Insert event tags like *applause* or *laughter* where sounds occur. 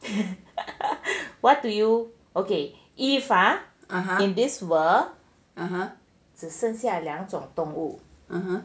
*laughs* what do you okay he in this world 只剩下两种动物